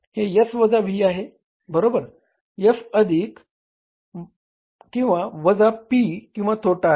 हे S वजा V बरोबर F अधिक किंवा वजा P किंवा तोटा आहे